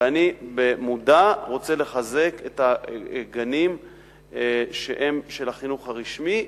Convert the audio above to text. ואני במודע רוצה לחזק את הגנים שהם של החינוך הרשמי,